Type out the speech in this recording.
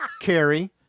Carrie